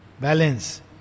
balance